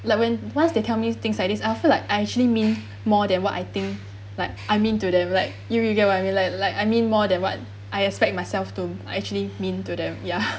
like when once they tell me things like this I'll feel like I actually mean more than what I think like I mean to them like you you get what I mean like like I mean more than what I expect myself to actually mean to them ya